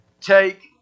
take